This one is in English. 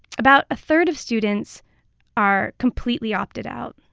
about a third of students are completely opted out.